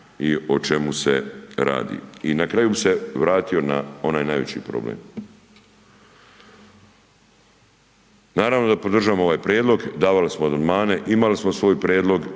i o čemu se radi. I na kraju bi se vratio na onaj najveći problem, naravno da podržavam ovaj Prijedlog, davali smo amandmane, imali smo svoj Prijedlog